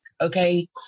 Okay